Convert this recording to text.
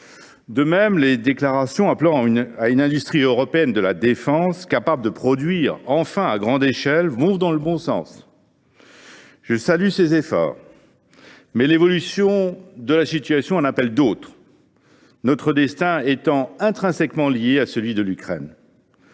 De même, les déclarations appelant à une industrie européenne de la défense capable de produire enfin à grande échelle vont dans le bon sens. Je salue ces efforts, mais l’évolution de la situation en appelle d’autres, notre destin étant intrinsèquement lié à celui de l’Ukraine.